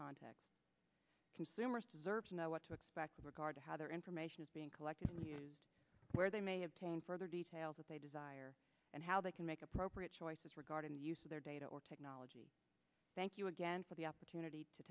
contexts consumers deserve to know what to expect in regard to how their information is being collected and where they may have taken further details that they desire and how they can make appropriate choices regarding the use of their data or technology thank you again for the opportunity to